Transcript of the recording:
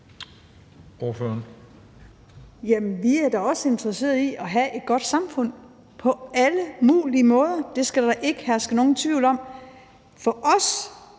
(KF): Jamen vi er da også interesseret i at have et godt samfund på alle mulige måder – det skal der ikke herske nogen tvivl om. For os